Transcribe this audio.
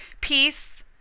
Peace